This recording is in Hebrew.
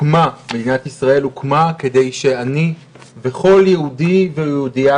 מדינת ישראל הוקמה כדי שאני וכל יהודי ויהודייה